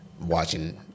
watching